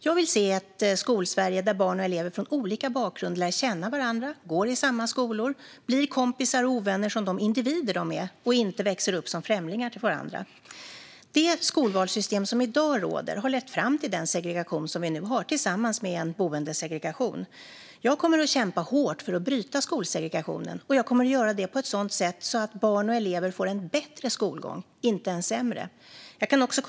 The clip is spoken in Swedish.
Jag vill se ett Skolsverige där barn och elever från olika bakgrund lär känna varandra, går i samma skolor och blir kompisar och ovänner som de individer de är, inte växer upp som främlingar för varandra. Det skolvalssystem som i dag råder har lett fram till den segregation som vi nu har, tillsammans med en boendesegregation. Jag kommer att kämpa hårt för att bryta skolsegregationen, och jag kommer att göra det på ett sådant sätt att barn och elever får en bättre skolgång, inte en sämre.